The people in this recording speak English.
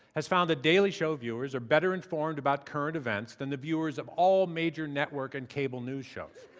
has found that daily show viewers are better informed about current events than the viewers of all major network and cable news shows.